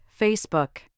Facebook